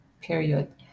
period